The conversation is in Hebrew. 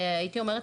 הייתי אומרת,